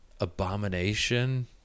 abomination